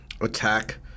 attack